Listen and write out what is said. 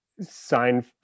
sign